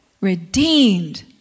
redeemed